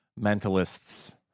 mentalists